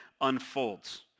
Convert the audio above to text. unfolds